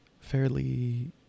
fairly